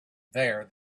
there